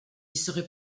serait